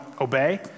obey